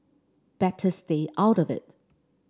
better stay out of it